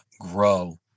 grow